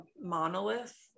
monolith